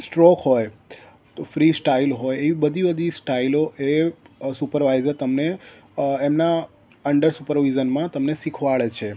stroke હોય તો free style હોય એવી બધી બધી સ્ટાઇલો એ સુપરવાઇઝર તમને અ એમના અંડર સુપરવિઝનમાં તમને શીખવાડે છે